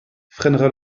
freinera